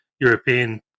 European